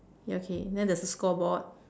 okay then there's a scoreboard